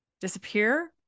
disappear